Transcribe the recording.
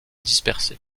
dispersés